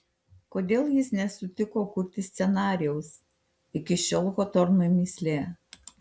kodėl jis nesutiko kurti scenarijaus iki šiol hotornui mįslė